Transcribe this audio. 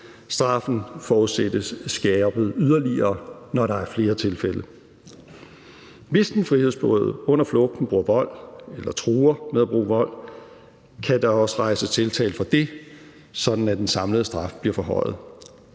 Straffen forudsættes skærpet yderligere, når der er flere tilfælde. Hvis den frihedsberøvede under flugten bruger vold eller truer med at bruge vold, kan der også rejses tiltale for det, sådan at den samlede straf bliver forhøjet.